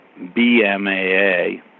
BMAA